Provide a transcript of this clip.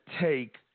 take